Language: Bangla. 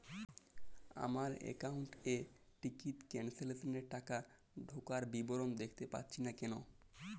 আমার একাউন্ট এ টিকিট ক্যান্সেলেশন এর টাকা ঢোকার বিবরণ দেখতে পাচ্ছি না কেন?